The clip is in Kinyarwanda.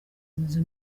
inzu